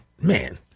Man